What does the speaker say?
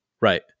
Right